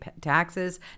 taxes